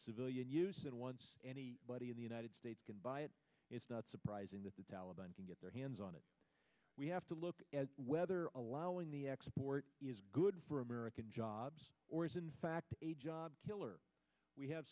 civilian use and one of the united states can buy it it's not surprising that the taliban can get their hands on it we have to look at whether allowing the export good for american jobs or is in fact a job killer we have